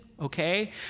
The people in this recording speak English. okay